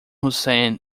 hussein